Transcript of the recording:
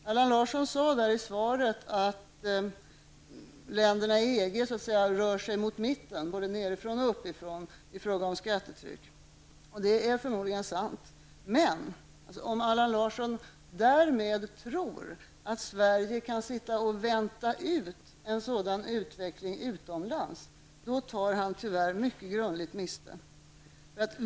Allan Larsson sade i svaret att länderna i EG så att säga rör sig mot mitten i fråga om skattetryck, både nerifrån och uppifrån. Det är förmodligen sant. Men om Allan Larsson därmed tror att Sverige kan vänta ut en sådan utveckling utomlands, då tar han tyvärr mycket grundligt miste.